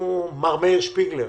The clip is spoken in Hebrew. מר מאיר שפיגלר